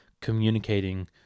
communicating